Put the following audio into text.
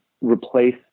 replace